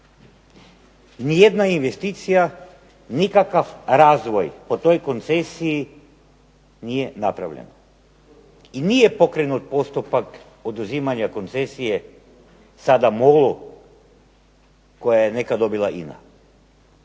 ni jedna investicija, nikakav razvoj po toj koncesiji nije napravljen i nije poduzet postupak oduzimanja koncesije sada MOL-u koja je nekada dobila INA.